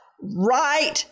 right